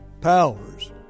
powers